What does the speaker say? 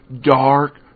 dark